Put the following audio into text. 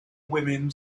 women